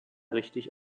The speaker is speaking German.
richtig